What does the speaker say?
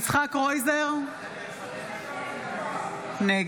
יצחק קרויזר, נגד